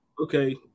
okay